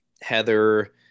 Heather